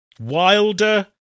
Wilder